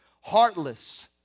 heartless